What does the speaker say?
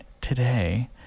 today